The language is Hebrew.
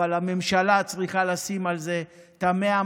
אבל הממשלה צריכה לשים על זה את ה-100,